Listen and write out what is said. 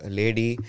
lady